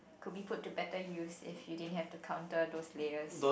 could be put to better use if you didn't you have to counter those layers